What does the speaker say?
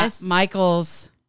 Michael's